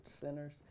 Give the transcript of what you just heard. Sinners